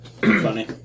funny